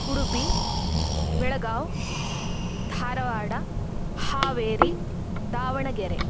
Udupi Belgaum Dharwad Haveri Davanagere